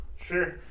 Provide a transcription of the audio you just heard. Sure